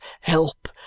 help